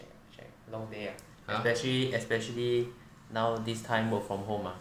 shag shag long day ah especially especially now this time work from home ah